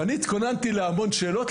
ואני התכוננתי להמון שאלות,